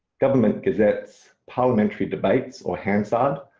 government gazettes, parliamentary debates or hansard,